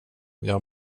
jag